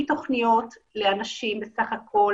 מתוכניות לאנשים בסך הכול